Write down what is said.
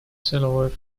целевой